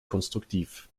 konstruktiv